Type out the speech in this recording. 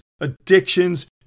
addictions